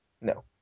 No